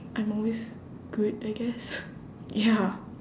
I'm always good I guess ya